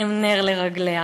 הם נר לרגליה.